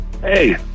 Hey